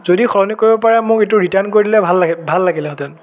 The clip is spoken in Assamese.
যদি সলনি কৰিব পাৰে মোক এইটো ৰিটাৰ্ণ কৰি দিলে ভাল লাগি ভাল লাগিলেহেঁতেন